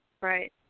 Right